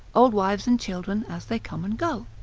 old wives and children as they come and go.